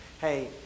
Hey